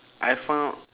I found